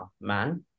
man